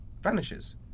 vanishes